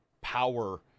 power